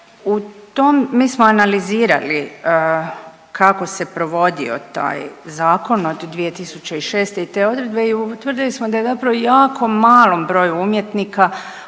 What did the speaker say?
mi smo analizirali kako se provodio taj zakon od 2006. i te odredbe i utvrdili smo da je zapravo jako malom broju umjetnika